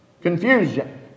confusion